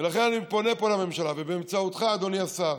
ולכן, אני פונה פה לממשלה, ובאמצעותך, אדוני השר: